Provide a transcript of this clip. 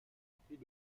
apprit